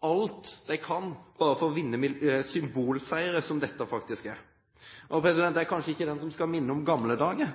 alt de kan – bare for å vinne symbolseire, som dette faktisk er. Jeg er kanskje ikke den som skal minne om gamle dager.